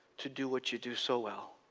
to do what you do so well.